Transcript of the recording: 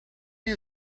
you